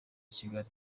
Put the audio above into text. kigali